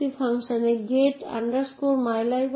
তাই উদাহরণস্বরূপ এখানে অ্যান হল বিষয় এবং একটি ফাইল 1 হল অবজেক্ট